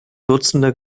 dutzender